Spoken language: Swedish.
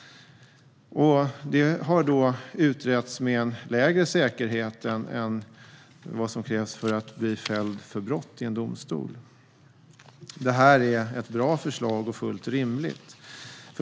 De målen har utretts med lägre säkerhet än vad som krävs för att bli fälld för brott i en domstol. Detta är ett bra och fullt rimligt förslag.